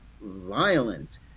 violent